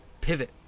pivot